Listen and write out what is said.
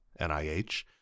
NIH